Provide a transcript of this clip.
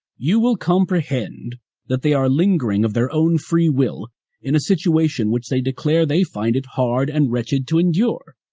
you will comprehend that they are lingering of their own free will in a situation which they declare they find it hard and wretched to endure.